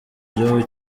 gihugu